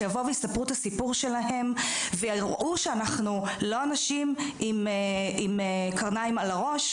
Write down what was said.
שיבואו ויספרו את הסיפור שלהם ויראו שאנחנו לא אנשים עם קרניים על הראש.